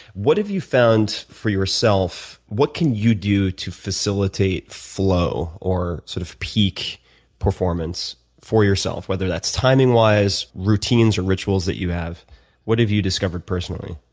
what have you found for yourself, what can you do to facilitate flow or sort of peak performance for yourself, whether that's timing-wise, routines or rituals that you have what have you discovered personally?